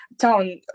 town